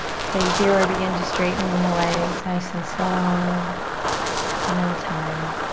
stay here or begin to straighten the legs nice and slow one at a time.